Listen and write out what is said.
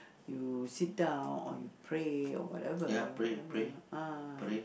you sit down or you pray or whatever whatever ah